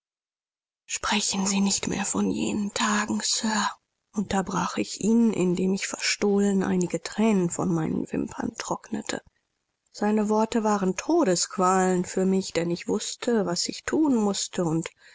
sprechen sie nicht mehr von jenen tagen sir unterbrach ich ihn indem ich verstohlen einige thränen von meinen wimpern trocknete seine worte waren todesqualen für mich denn ich wußte was ich thun mußte und